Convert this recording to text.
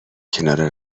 کنار